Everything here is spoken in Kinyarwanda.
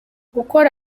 gukora